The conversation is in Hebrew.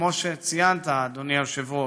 כמו שציינת, אדוני היושב-ראש,